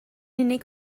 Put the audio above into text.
unig